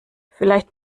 vielleicht